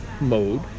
mode